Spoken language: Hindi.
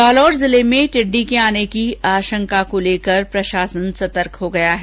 जालौर जिले में टिड़डी के आने की आशंका को लेकर प्रशासन सतर्क हो गया है